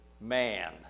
man